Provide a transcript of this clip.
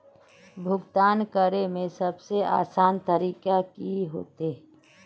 भुगतान करे में सबसे आसान तरीका की होते?